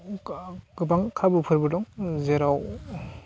गोबां खाबुफोरबो दं जेराव